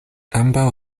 ambaŭ